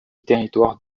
territoire